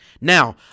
Now